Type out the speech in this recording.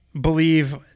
believe